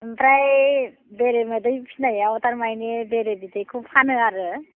ओमफ्राय बेरे मोदै फिसिनायाव थारमाने बेरे बिदैखौ फानो आरो